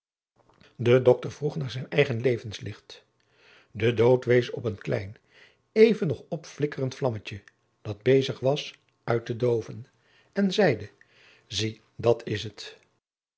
de dokter vroeg naar zijn eigen levenslicht de dood wees op een klein even nog opflikkerend vlammetje dat bezig was uit te dooven en zeide zie dat is het